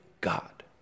God